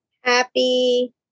Happy